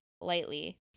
lightly